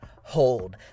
hold